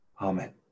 amen